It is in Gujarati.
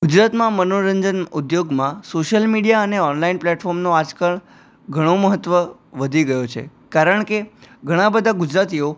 ગુજરાતમાં મનોરંજન ઉદ્યોગમાં સોશ્યલ મીડિયા અને ઓનલાઇન પ્લેટફોર્મનું આજકાલ ઘણું મહત્ત્વ વધી ગયું છે કારણકે ઘણા બધા ગુજરાતીઓ